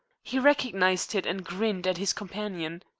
he recognized it, and grinned at his companion.